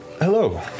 Hello